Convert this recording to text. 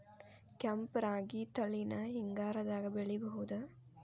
ಕೆಂಪ ರಾಗಿ ತಳಿನ ಹಿಂಗಾರದಾಗ ಬೆಳಿಬಹುದ?